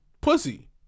pussy